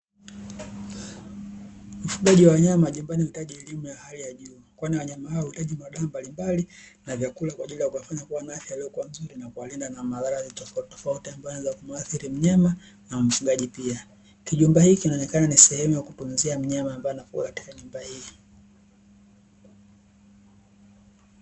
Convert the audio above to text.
Ufugaji wa wanyama nyumbani kinahitaji elimu ya hali ya juu kwani wanyama wanahitaji madawa mbalimbali na vyakula. Mnyama mbwa yupo kwa kuwalinda na mabaraza tofautitofauti ambayo yanaweza kumuathiri mnyama na mfugaji pia kijumba hiki inaonekana ni sehemu ya kupumzia mnyama ambaye nyumba hii.